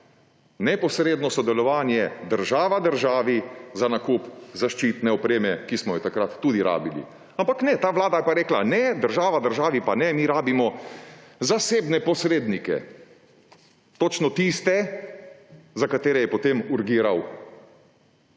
neposredno sodelovanje država državi za nakup zaščitne opreme, ki smo jo takrat tudi rabili. Ampak ne, ta vlada je pa rekla: Ne, država državi pa ne, mi rabimo zasebne posrednike.« Točno tiste, za katere je potem urgiral